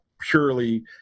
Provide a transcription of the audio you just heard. purely